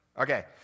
Okay